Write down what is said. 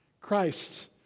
Christ